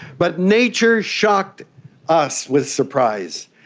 but nature shocked us with surprise.